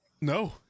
no